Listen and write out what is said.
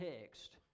text